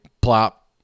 plop